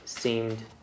Seemed